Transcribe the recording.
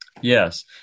Yes